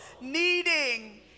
needing